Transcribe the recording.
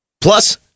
Plus